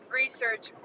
research